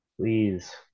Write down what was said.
Please